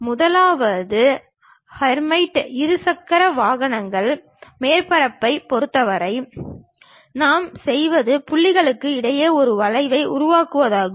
முதலாவது ஹெர்மைட் இருசக்கர மேற்பரப்புகளைப் பொறுத்தவரை நாம் செய்வது புள்ளிகளுக்கு இடையில் ஒரு வளைவை உருவாக்குவதுதான்